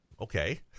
okay